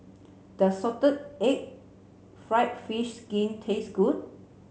does salted egg fried fish skin taste good